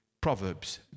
Proverbs